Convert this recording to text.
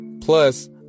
Plus